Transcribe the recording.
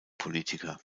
politiker